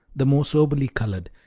the most soberly colored,